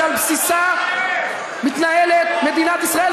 שעל בסיסה מתנהלת מדינת ישראל.